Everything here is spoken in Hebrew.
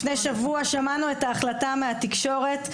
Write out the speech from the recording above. לפני שבוע שמענו את ההחלטה מהתקשורת.